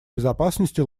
безопасности